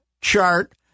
chart